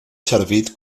servit